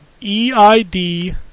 E-I-D